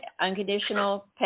Unconditional